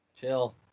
chill